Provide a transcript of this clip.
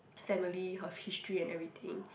family her history and everything